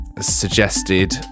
suggested